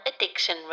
Addiction